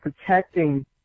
protecting